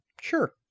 sure